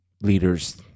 leaders